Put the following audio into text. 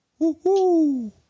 woohoo